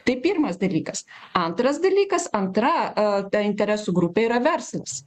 tai pirmas dalykas antras dalykas antra ta interesų grupė yra verslas